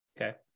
Okay